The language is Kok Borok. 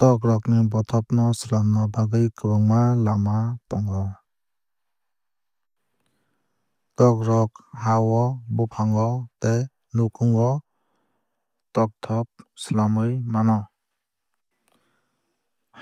Tok rok ni bothop no swnamna bagwui kwbangma lama tongo. Tok rok ha o bufang o tei nukhung o tokthop swlamwui mano.